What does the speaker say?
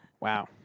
Wow